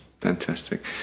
Fantastic